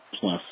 plus